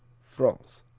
france